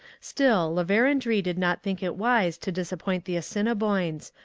still, la verendrye did not think it wise to disappoint the assiniboines,